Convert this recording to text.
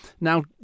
Now